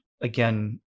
Again